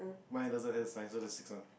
mine doesn't have sign so that's six one